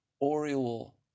Oriole